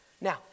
Now